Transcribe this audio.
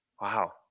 Wow